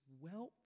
wealth